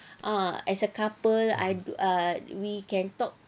ah as a couple I err we can talk